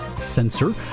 sensor